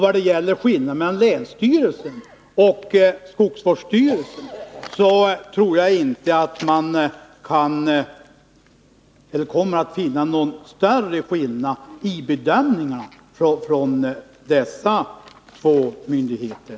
Vad gäller skillnaden mellan länsstyrelsen och skogsvårdsstyrelsen tror jag inte att man kommer att finna någon större skillnad i bedömningarna från dessa två myndigheter.